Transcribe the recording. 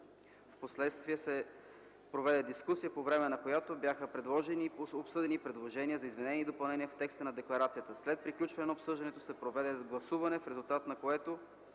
Впоследствие се проведе дискусия, по време на която бяха предложени и обсъдени предложения за изменение и допълнение в текста на декларацията. След приключване на обсъждането се проведе гласуване, в резултат на което